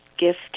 Gift